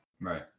Right